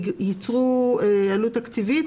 ייצרו עלות תקציבית?